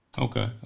Okay